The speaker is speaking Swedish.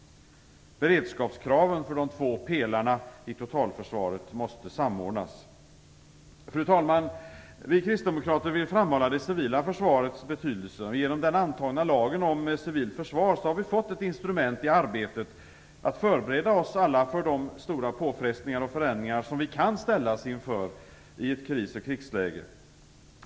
Beredskapskraven för de två pelarna i totalförsvaret måste samordnas. Fru talman! Vi kristdemokrater vill framhålla det civila försvarets betydelse. Genom den antagna lagen om civilt försvar har vi fått ett instrument i arbetet med att förbereda oss alla för de stora påfrestningar och förändringar som vi kan ställas inför i ett krisoch krigsläge.